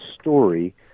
story